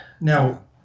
now